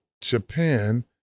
Japan